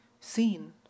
seen